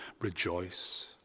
rejoice